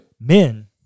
men